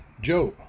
Job